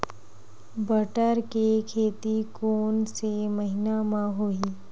बटर के खेती कोन से महिना म होही?